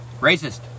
Racist